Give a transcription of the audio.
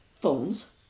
phones